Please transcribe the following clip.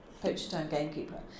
poacher-turned-gamekeeper